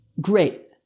Great